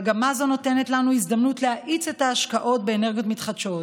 מגמה זו נותנת לנו הזדמנות להאיץ את ההשקעות באנרגיות מתחדשות.